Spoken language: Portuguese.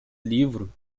livro